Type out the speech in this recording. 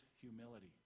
humility